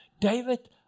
David